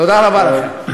תודה רבה לכם.